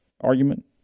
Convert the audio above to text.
argument